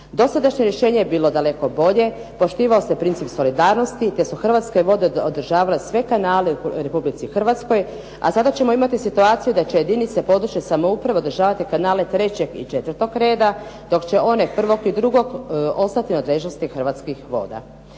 Dosadašnje rješenje je bilo daleko bolje, poštivao se princip solidarnosti, te su Hrvatske vode održavale sve kanale u Republici Hrvatskoj, a sada ćemo imati situaciju da će jedinice područne samouprave održavati kanale trećeg i četvrtog reda, dok će one prvog i drugog ostati u nadležnosti Hrvatskih voda.